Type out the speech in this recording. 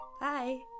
bye